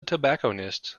tobacconists